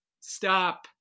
stop